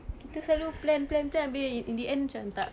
kita selalu plan plan plan habis in the end macam tak